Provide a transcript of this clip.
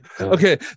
Okay